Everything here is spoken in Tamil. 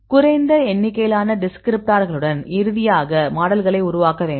குறைந்த எண்ணிக்கையிலான டிஸ்கிரிப்டார்களுடன் இறுதியாக மாடல்களை உருவாக்க வேண்டும்